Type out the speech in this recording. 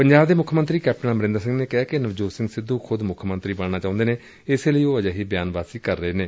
ਪੰਜਾਬ ਦੇ ਮੁੱਖ ਮੰਤਰੀ ਕੈਪਟਨ ਅਮਰਿੰਦਰ ਸਿੰਘ ਨੇ ਕਿਹੈ ਕਿ ਨਵਜੋਤ ਸਿੰਘ ਸਿੱਧੂ ਖੁਦ ਮੁੱਖ ਮੰਤਰੀ ਬਣਨਾ ਚਾਹੁੰਦੇ ਨੇ ਇਸ ਲਈ ਉਹ ਅਜਿਹੀ ਬਿਆਨਬਾਜ਼ੀ ਕਰ ਰਹੇ ਨੇ